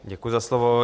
Děkuji za slovo.